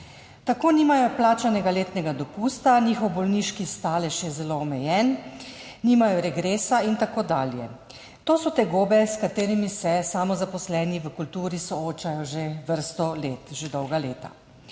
Tako nimajo plačanega letnega dopusta, njihov bolniški stalež je zelo omejen, nimajo regresa in tako dalje. To so tegobe, s katerimi se samozaposleni v kulturi soočajo že vrsto let, že dolga leta.